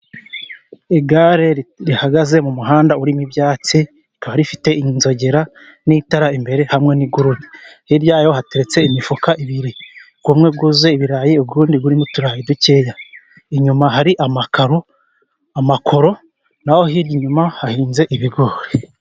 Igare rihagaze mu muhanda urimo ibyatsi, rikaba rifite inzogera n'itara imbere hamwe n'igoro. Hirya yayo hateretse imifuka ibiri ubumwe wuzuye ibirayi, undi urimo uturayi udukeya. Inyuma hari amakoro, naho hirya inyuma hahinze ibigori.